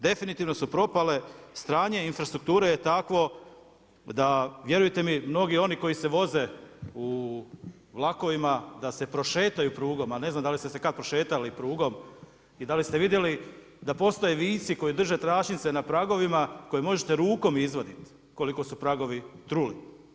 Definitivno su propale, stanje infrastrukture je takvo, da vjerujte mi mnogi oni koji se voze, da se prošetaju prugom, a ne znam da li ste se kad prošetali prugom, i da li ste vidjeli da postoje vijci koji drže tračnice na pragovima, koje možete rukom izvaditi kliko su pragovi truli.